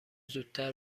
زودتر